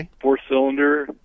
Four-cylinder